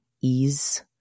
ease